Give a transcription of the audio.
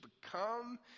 become